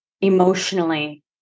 emotionally